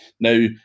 Now